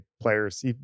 players